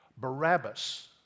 Barabbas